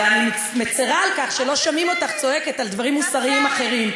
אלא אני מצרה על כך שלא שומעים אותך צועקת על דברים מוסריים אחרים.